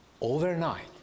Overnight